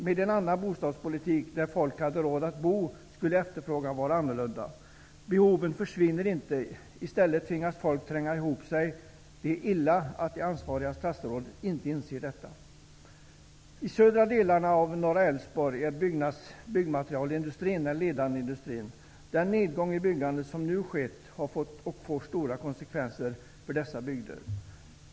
Med en annan bostadspolitik, en som gjorde att folk hade råd att bo, skulle efterfrågan vara en annan. Behoven försvinner inte, utan folk tvingas i stället att tränga ihop sig. Det är illa att det ansvariga statsrådet inte inser detta. I södra delarna av Norra Älvsborg är byggmaterielindustrin den ledande industrin. Den nedgång i byggandet som nu skett har fått och får stora konsekvenser för dessa bygder.